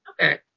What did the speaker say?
Okay